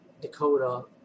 Dakota